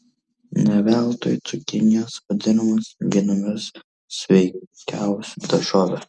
ne veltui cukinijos vadinamos vienomis sveikiausių daržovių